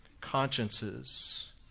consciences